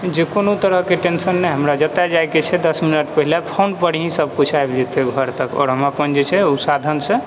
जे कोनो तरहके टेंशन नहि हमरा जतय जाइके छै दस मिनट पहिने फोनपर ही सब किछु आबि जेतै ओ घर तक आओर हम जे छै ओ साधनसँ